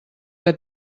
que